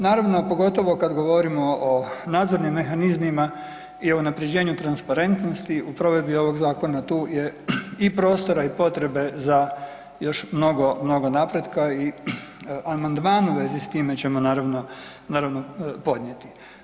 Naravno, pogotovo kad govorimo o nadzornim mehanizmima i unaprjeđenju transparentnosti u provedbi ovog zakona tu je i prostora i potrebe za još mnogo, mnogo napretka i amandmane u vezi s time ćemo naravno, naravno podnijeti.